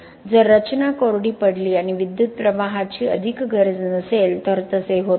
जर रचना कोरडी पडली आणि विद्युत प्रवाहाची अधिक गरज नसेल तर तसे होत नाही